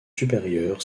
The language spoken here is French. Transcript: supérieur